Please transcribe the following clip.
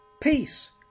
Peace